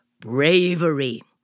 bravery